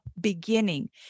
beginning